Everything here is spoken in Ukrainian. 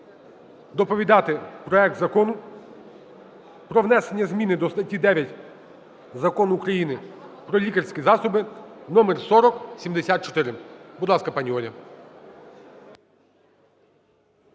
доповідати проект Закону про внесення зміни до статті 9 Закону України "Про лікарські засоби" (№ 4074). Будь ласка, пані Оля.